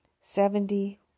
Seventy